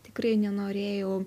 tikrai nenorėjau